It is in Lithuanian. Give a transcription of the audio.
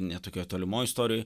ne tokioj tolimoj istorijoj